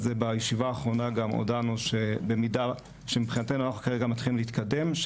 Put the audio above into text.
אז בישיבה האחרונה הודענו שמבחינתנו אנחנו מתחילים כרגע להתקדם.